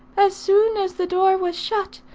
as soon as the door was shut,